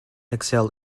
excel